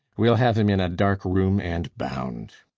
we ll have him in a dark room and bound.